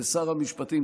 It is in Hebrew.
ושר המשפטים,